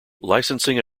licensing